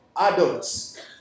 adults